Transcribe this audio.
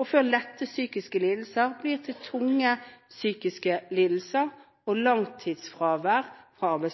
og før lette psykiske lidelser blir til tunge psykiske lidelser og